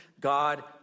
God